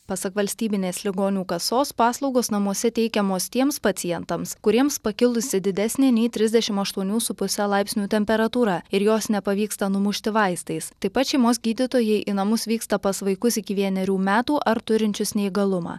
pasak valstybinės ligonių kasos paslaugos namuose teikiamos tiems pacientams kuriems pakilusi didesnė nei trisdešimt aštuonių su puse laipsnių temperatūra ir jos nepavyksta numušti vaistais taip pat šeimos gydytojai į namus vyksta pas vaikus iki vienerių metų ar turinčius neįgalumą